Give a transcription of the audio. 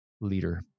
leader